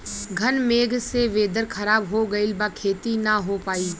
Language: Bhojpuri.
घन मेघ से वेदर ख़राब हो गइल बा खेती न हो पाई